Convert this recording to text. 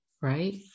Right